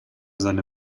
seine